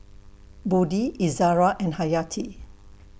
Budi Izara and Hayati